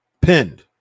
Pinned